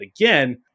again